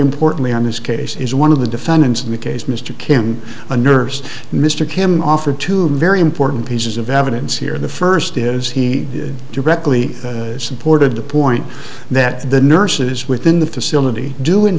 importantly on this case is one of the defendants in the case mr kim a nurse mr kim offered to him very important pieces of evidence here the first is he directly supported the point that the nurses within the facility do in